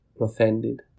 offended